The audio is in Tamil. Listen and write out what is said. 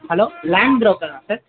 ஹலோ லேண்ட் ப்ரோக்கரா சார்